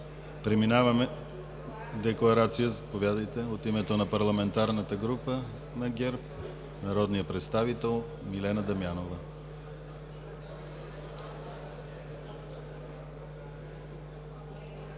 прието. Декларация. Заповядайте – от името на парламентарната група на ГЕРБ народният представител Милена Дамянова.